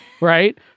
right